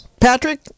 Patrick